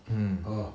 mmhmm